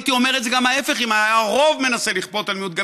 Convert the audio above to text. הייתי אומר את זה גם ההפך: אם הרוב היה מנסה לכפות על מיעוט,